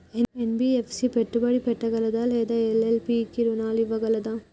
NBFC పెట్టుబడి పెట్టగలదా లేదా ఎల్.ఎల్.పి కి రుణాలు ఇవ్వగలదా?